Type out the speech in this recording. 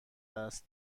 است